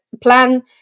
plan